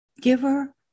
giver